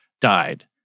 died